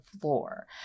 floor